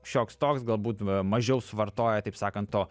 šioks toks galbūt mažiau suvartoja taip sakant to